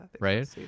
right